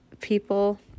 people